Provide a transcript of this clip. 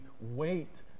wait